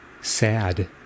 Sad